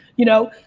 you know,